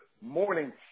morning